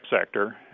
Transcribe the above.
sector